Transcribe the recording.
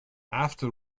after